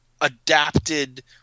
adapted